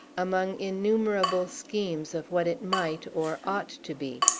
among innumerable schemes of what it might or ought to be.